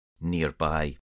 nearby